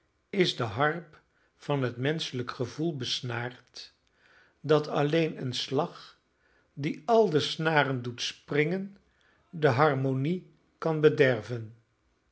is de harp van het menschelijk gevoel besnaard dat alleen een slag die al de snaren doet springen de harmonie kan bederven